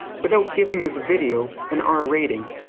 without giving this video an r rating.